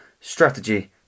strategy